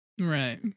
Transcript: Right